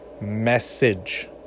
message